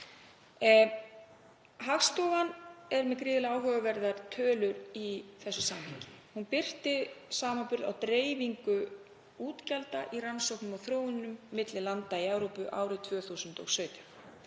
Hagstofan er með gríðarlega áhugaverðar tölur í þessu samhengi. Hún birti samanburð á dreifingu útgjalda í rannsóknum og þróunum milli landa í Evrópu árið 2017.